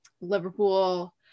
Liverpool